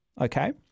okay